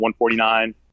149